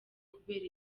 kubera